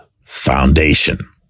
foundation